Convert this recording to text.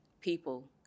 people